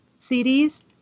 CDs